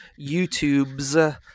YouTubes